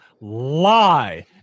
lie